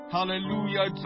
Hallelujah